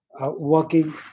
working